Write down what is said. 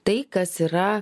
tai kas yra